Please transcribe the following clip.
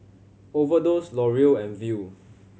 Overdose L'Oreal and Viu